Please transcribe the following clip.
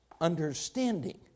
Understanding